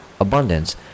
abundance